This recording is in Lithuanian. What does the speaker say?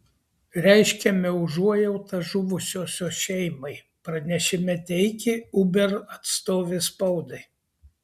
reiškiame užuojautą žuvusiosios šeimai pranešime teigė uber atstovė spaudai